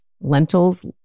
lentils